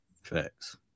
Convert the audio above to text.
facts